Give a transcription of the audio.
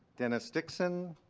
dennis dixon.